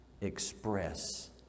express